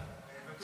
עם כל הכבוד.